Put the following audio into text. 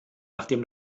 nachdem